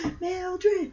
Mildred